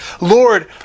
Lord